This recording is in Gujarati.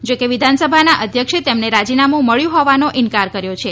જોકે વિધાનસભાના અધ્યક્ષે તેમને રાજીનામું મળ્યું હોવાનો ઈન્કાર કર્યો છે